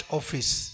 office